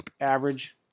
average